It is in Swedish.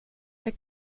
för